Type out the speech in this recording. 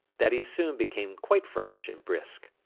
that he soon became quite fresh and brisk.